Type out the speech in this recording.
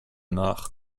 nach